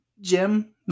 Jim